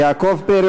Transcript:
יעקב פרי,